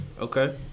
Okay